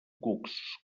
cucs